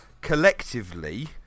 collectively